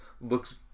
looks